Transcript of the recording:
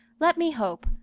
let me hope,